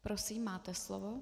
Prosím, máte slovo.